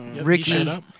Ricky